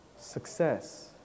success